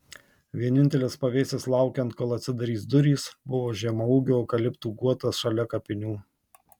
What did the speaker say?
vienintelis pavėsis laukiant kol atsidarys durys buvo žemaūgių eukaliptų guotas šalia kapinių